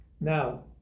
Now